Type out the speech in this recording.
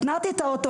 התנעתי את האוטו,